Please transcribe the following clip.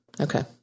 Okay